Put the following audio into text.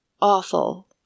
awful